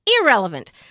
irrelevant